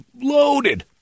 loaded